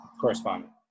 correspondent